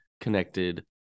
connected